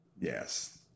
Yes